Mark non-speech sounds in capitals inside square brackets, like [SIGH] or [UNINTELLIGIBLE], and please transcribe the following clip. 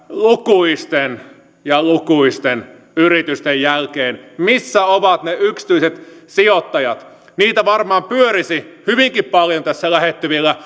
lukuisten ja lukuisten yritysten jälkeen ne yksityiset sijoittajat niitä varmaan pyörisi hyvinkin paljon tässä lähettyvillä [UNINTELLIGIBLE]